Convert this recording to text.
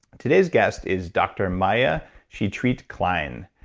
today's guest is dr. maya shetreat-klein,